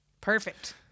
Perfect